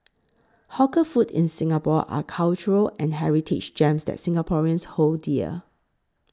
hawker food in Singapore are cultural and heritage gems that Singaporeans hold dear